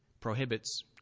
prohibits